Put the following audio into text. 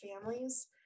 families